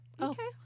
Okay